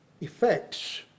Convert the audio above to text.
effects